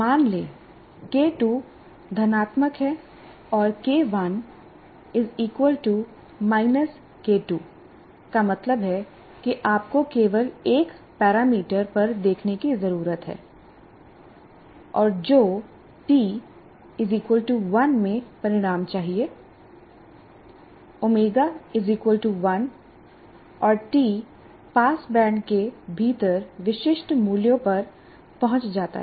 मान लें के2 धनात्मक है और के1 के2 का मतलब है कि आपको केवल एक पैरामीटर पर देखने की जरूरत है और जो टी 1 में परिणाम चाहिए ω 1 और टी पासबैंड के भीतर विशिष्ट मूल्यों पर पहुंच जाता है